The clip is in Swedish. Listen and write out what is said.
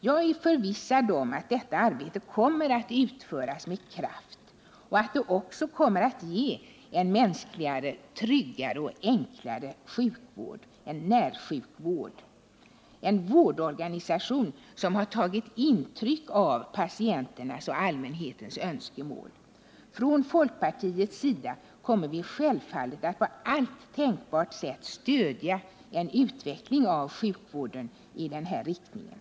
Jag är förvissad om att detta arbete kommer att utföras med kraft och att det också kommer att ge en mänskligare, tryggare och enklare sjukvård — en närsjukvård, en vårdorganisation som har tagit intryck av patienternas och allmänhetens önskemål. Från folkpartiets sida kommer vi självfallet att på alla tänkbara sätt stödja en utveckling av sjukvården i den här riktningen.